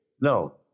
No